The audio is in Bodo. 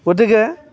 गथिखे